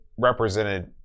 represented